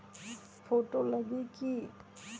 Photo लगी कि?